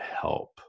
help